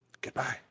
Goodbye